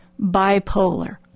bipolar